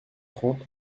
trente